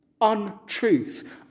untruth